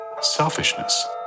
selfishness